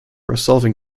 resolving